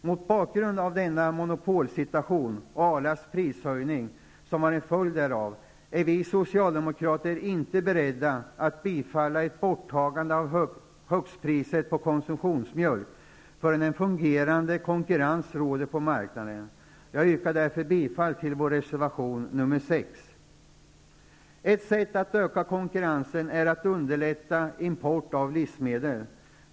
Mot bakgrund av denna monopolsituation, och Arlas prishöjning som var en följd därav, är vi socialdemokrater inte beredda att bifalla ett borttagande av högstpriset på konsumtionsmjölk förrän en fungerande konkurrens råder på marknaden. Jag yrkar därför bifall till vår reservation nr 6. Ett sätt att öka konkurrensen är att underlätta import av livsmedel.